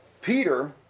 Peter